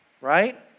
Right